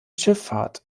schifffahrt